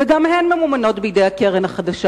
וגם הן ממומנות בידי הקרן החדשה.